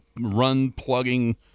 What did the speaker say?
run-plugging